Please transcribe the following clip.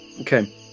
Okay